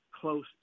close